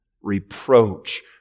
reproach